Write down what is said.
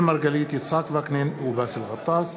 ובעקבות דיון מהיר בהצעה שהעלו חברות הכנסת מיכל